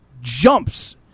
jumps